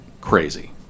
crazy